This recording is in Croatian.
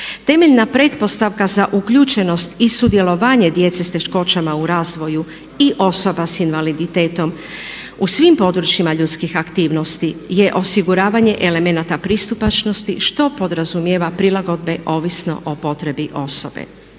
Temeljna pretpostavka za uključenost i sudjelovanje djece s teškoćama u razvoju i osoba s invaliditetom u svim područjima ljudskih aktivnosti je osiguravanje elemenata pristupačnosti što podrazumijeva prilagodbe ovisno o potrebi osobe